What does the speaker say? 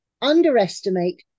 underestimate